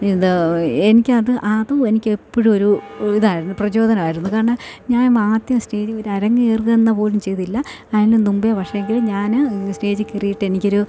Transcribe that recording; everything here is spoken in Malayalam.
ഇത് എനിക്കത് അതും എനിക്ക് എപ്പോഴും ഒരു ഇതായിരുന്നു പ്രചോദനമായിരുന്നു കാരണം ഞാൻ ആദ്യം സ്റ്റേജിൽ നിന്ന് അരങ്ങേറുക എന്ന് പോലും ചെയ്തില്ല അതിന് മുമ്പേ പക്ഷേങ്കിൽ ഞാൻ സ്റ്റേജിൽ കയറിയിട്ട് എനിക്കൊരു